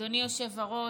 אדוני היושב-ראש.